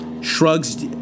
shrugs